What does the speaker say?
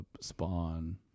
Spawn